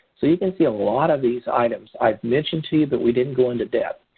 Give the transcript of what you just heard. so, you can see a lot of these items i've mentioned to you that we didn't go into depth.